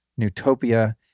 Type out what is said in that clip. Newtopia